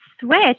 switch